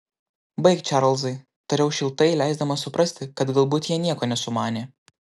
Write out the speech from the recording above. baik čarlzai tariau šiltai leisdamas suprasti kad galbūt jie nieko nesumanė